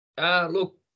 Look